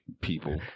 people